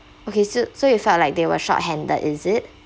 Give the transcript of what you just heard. okay so so you felt like they were short handed is it